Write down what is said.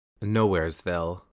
Nowheresville